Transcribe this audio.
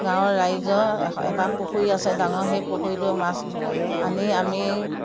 গাৱঁৰ ৰাইজৰ এটা পুখুৰী আছে ডাঙৰ সেই পুখুৰীটোৰ মাছ আনি আমি